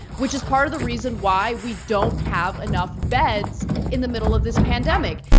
which is part of the reason why we don't have enough beds in the middle of this pandemic.